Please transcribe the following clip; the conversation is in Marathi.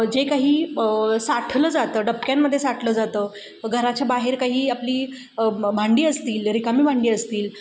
जे काही साठलं जातं डबक्यांमध्ये साठलं जातं घराच्या बाहेर काही आपली भांडी असतील रिकामी भांडी असतील